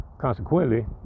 consequently